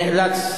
נאלץ,